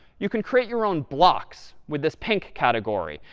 you can create your own blocks with this pink category.